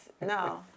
No